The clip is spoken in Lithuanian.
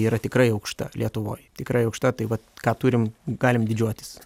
yra tikrai aukšta lietuvoj tikrai aukšta tai va ką turim galim didžiuotis